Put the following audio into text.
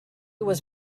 was